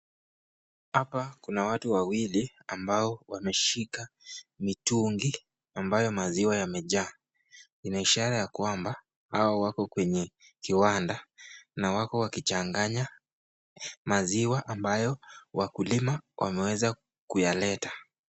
Hapa kuna watu wawili ambao wameshika mitungi ambayo maziwa yamejaa. Ina ishara kwamba hawa wako kwenye kiwandani na wako wakichanganya maziwa ambayo wakulima wameweza kuyaleta.